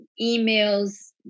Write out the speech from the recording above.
emails